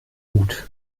gut